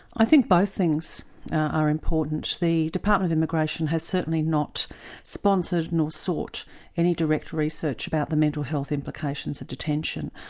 i think both things are important. the department of immigration has certainly not sponsored nor sought any direct research about the mental health implications of detention,